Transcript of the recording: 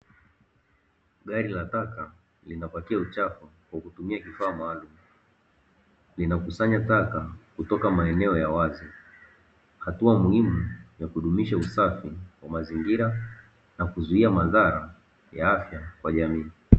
Gari la taka linapakia uchafu kwa kutumia kifaa maalumu. Linakusanya taka kutoka maeneo ya wazi, hatua muhimu katika kudumisha usafi wa mazingira na kuzuia madhara ya afya, kwa jamii.